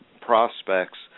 prospects